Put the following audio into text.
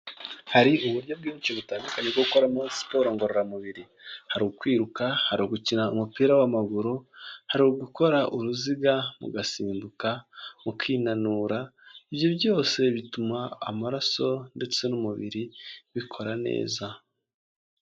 Hari uburyo bwinshi butandukanye bwo gukora muri siporro ngororamubiri, hari ukwiruka, hari ugukina umupira w'amaguru, hari ugukora uruziga, mugasimbuka, mukinanura, ibyo byose bituma amaraso ndetse n'umubiri bikora neza.